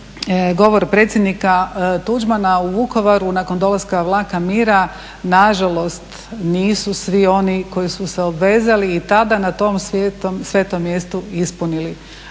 govor predsjednika Tuđmana u Vukovaru nakon dolaska Vlaka mira, nažalost nisu svi oni koji su se obvezali i tada na tom svetom mjestu ispunili